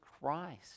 Christ